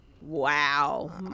wow